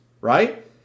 right